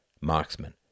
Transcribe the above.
marksman